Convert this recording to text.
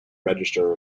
register